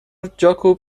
جاکوب